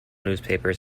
newspapers